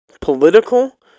political